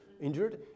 injured